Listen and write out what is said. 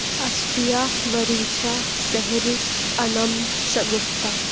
Asifa Varisha Sehrish Anam Shagufta